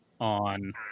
on